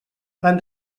fan